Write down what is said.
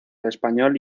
español